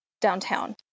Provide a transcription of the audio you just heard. Downtown